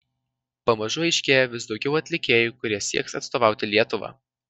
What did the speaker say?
pamažu aiškėja vis daugiau atlikėjų kurie sieks atstovauti lietuvą